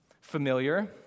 familiar